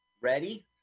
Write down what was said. Ready